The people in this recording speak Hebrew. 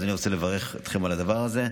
אז אני רוצה לברך אתכם על הדבר הזה.